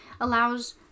allows